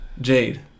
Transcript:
Jade